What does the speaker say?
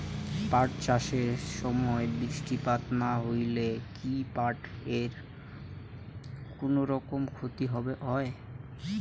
পাট চাষ এর সময় বৃষ্টিপাত না হইলে কি পাট এর কুনোরকম ক্ষতি হয়?